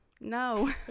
No